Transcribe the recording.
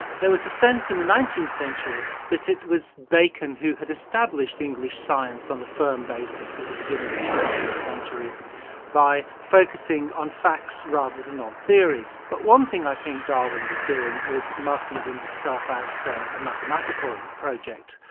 there was a sense in the nineteenth century that it was bacon who had established english science on a firm basis at the beginning of the seventeenth century by focusing on facts rather than on theories. but one thing i think darwin was doing was marking himself out from a mathematical project,